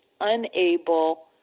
unable